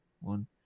one